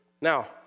Now